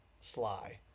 sly